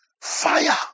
Fire